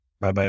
Bye-bye